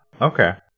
okay